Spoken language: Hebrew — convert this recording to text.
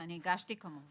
ואני הגשתי כמובן.